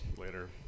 later